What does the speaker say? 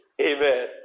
Amen